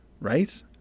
Right